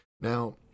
Now